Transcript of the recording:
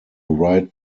write